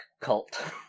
cult